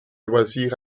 loisirs